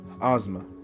Ozma